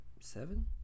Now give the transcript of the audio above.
seven